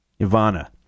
Ivana